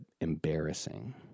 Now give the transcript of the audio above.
embarrassing